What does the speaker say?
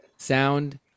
sound